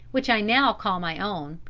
which i now called my own,